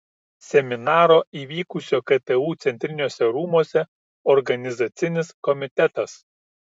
seminaro įvykusio ktu centriniuose rūmuose organizacinis komitetas